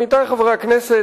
עמיתי חברי הכנסת,